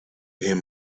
him